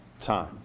time